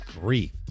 grief